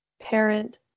parent